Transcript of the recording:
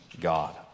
God